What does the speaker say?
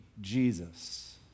Jesus